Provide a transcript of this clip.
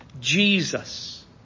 Jesus